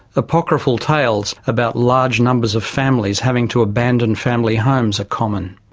apocryphal tales about large numbers of families having to abandon family homes are common.